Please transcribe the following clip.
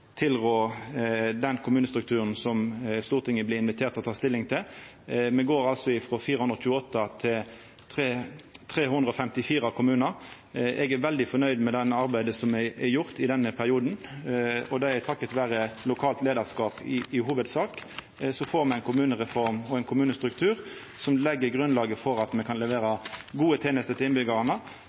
tilrå den kommunestrukturen som Stortinget blir invitert til å ta stilling til. Me går altså frå 428 til 354 kommunar. Eg er veldig fornøgd med det arbeidet som er gjort i denne perioden. Takka vera eit lokalt leiarskap i hovudsak får me ei kommunereform og ein kommunestruktur som legg grunnlaget for at me kan levera gode tenester til